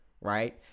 right